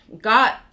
got